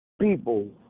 people